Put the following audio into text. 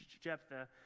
Jephthah